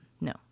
No